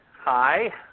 Hi